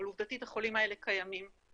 אבל עובדתית החולים האלה קיימים.